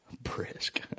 Brisk